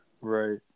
Right